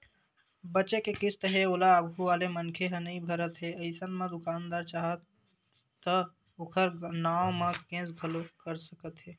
बचें के किस्त हे ओला आघू वाले मनखे ह नइ भरत हे अइसन म दुकानदार चाहय त ओखर नांव म केस घलोक कर सकत हे